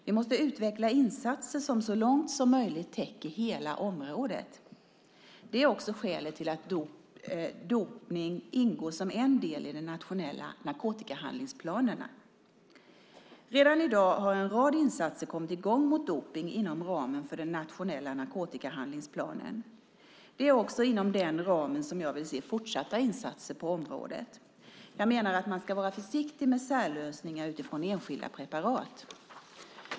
Vi måste utveckla insatser som så långt som möjligt täcker hela området. Det är också skälet till att dopning ingår som en del i de nationella narkotikahandlingsplanerna. Redan i dag har en rad insatser kommit i gång mot dopning inom ramen för den nationella narkotikahandlingsplanen. Det är också inom den ramen som jag vill se fortsatta insatser på området. Jag menar att man ska vara försiktig med särlösningar utifrån enskilda preparat.